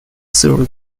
through